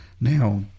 Now